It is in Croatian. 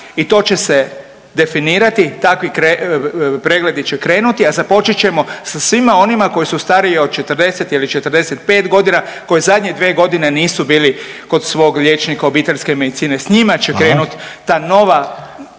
I to će se definirati, takvi pregledi će krenuti a započet ćemo sa svima onima koji su stariji od 40 ili 45 godina koji zadnje dvije godine nisu bili kod svog liječnika obiteljske medicine. S njima će krenuti ta nova,